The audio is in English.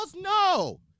No